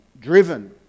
driven